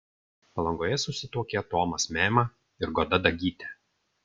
palangoje susituokė tomas meema ir goda dagytė